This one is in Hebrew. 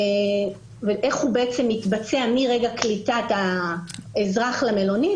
איך הוא מתבצע מרגע קליטת האזרח למלונית